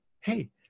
hey